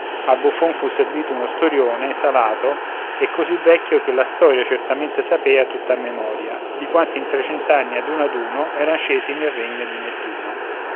al buffon fu servito uno storione salato e così vecchio che la storia certamente sapea tutta a memoria di quanti in trecent'anni ad uno ad uno eran scesi nel regno di nettuno